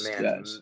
man